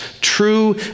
true